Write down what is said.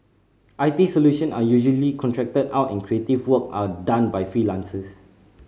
I T solution are usually contracted out and creative work are done by freelancers